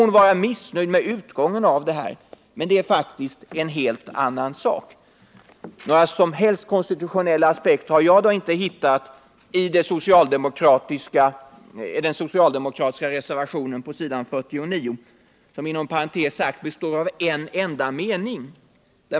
Hon må vara missnöjd med utgången av förhandlingarna, men det är faktiskt en annan sak. Några som helst konstitutionella aspekter har då jag inte hittat i den socialdemokratiska reservationen på s. 49, som inom parentes sagt består av en enda mening.